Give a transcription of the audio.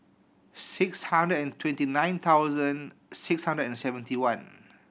six hundred and twenty nine thousand six hundred and seventy one